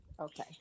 okay